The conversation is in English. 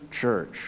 church